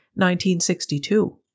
1962